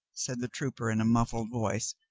said the trooper in a muffled voice.